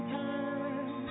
time